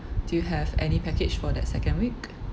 do you have any package for that second week